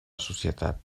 societat